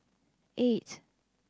eight